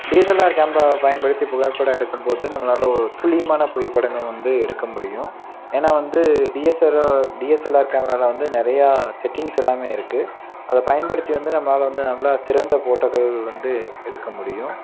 DSLR கேமராவை பயன்படுத்தி புகைப்படம் எடுக்கும்போது நம்மளால் ஒரு துல்லியமான புகைப்படங்கள் நம்ம வந்து எடுக்க முடியும் ஏன்னா வந்து டிஎஸ்எல்ஆர் டிஎஸ்எல்ஆர் கேமராவில் வந்து நிறையா செட்டிங்ஸ் எல்லாமே இருக்குது அதை பயன்படுத்தி வந்து நம்மளால வந்து நல்லா சிறந்த போட்டோக்கள் வந்து எடுக்க முடியும்